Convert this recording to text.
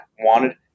wanted